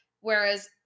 Whereas